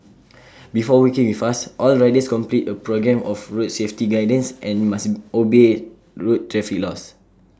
before working with us all riders complete A programme of road safety guidance and must obey road traffic laws